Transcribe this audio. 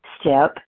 step